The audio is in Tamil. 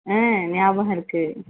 நியாபகம் இருக்கு